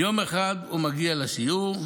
יום אחד הוא מגיע לשיעור,